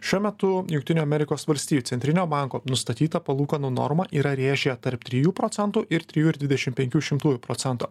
šiuo metu jungtinių amerikos valstijų centrinio banko nustatyta palūkanų norma yra rėžyje tarp trijų procentų ir trijų ir dvidešim penkių šimtųjų procento